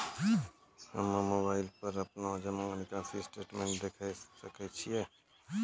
हम्मय मोबाइल पर अपनो जमा निकासी स्टेटमेंट देखय सकय छियै?